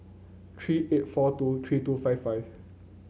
three eight four two three two five five